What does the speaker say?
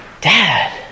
Dad